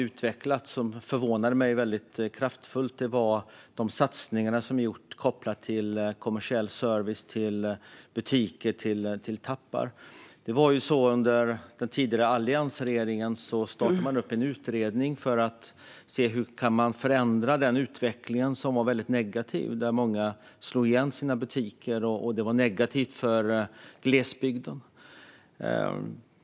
Det som Helena Lindahl sa när det gäller de satsningar som har gjorts på kommersiell service, butiker och mackar, förvånade mig kraftigt. Alliansregeringen startade en utredning för att se hur man skulle kunna förändra den negativa utveckling som innebar att många slog igen sina butiker. Det var negativt för glesbygden.